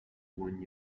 when